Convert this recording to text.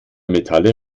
metalle